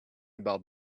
about